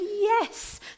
Yes